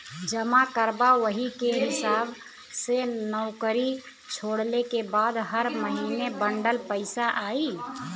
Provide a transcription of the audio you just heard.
जमा करबा वही के हिसाब से नउकरी छोड़ले के बाद हर महीने बंडल पइसा आई